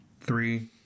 Three